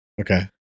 Okay